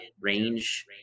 range